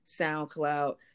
soundcloud